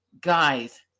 Guys